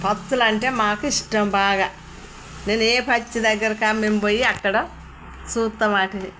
పక్షు లంటే మాకు ఇష్టం బాగా నేను ఏ పక్షి దగ్గరకైనా మేం పోయి అక్కడ చూస్తాం వాటిని